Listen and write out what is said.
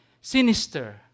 sinister